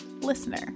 listener